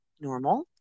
normal